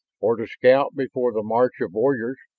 or to scout before the march of warriors!